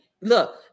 look